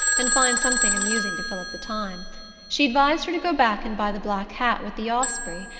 and find something amusing to fill up the time she advised her to go back and buy the black hat with the osprey,